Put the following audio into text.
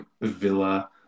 villa